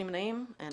נמנעים אין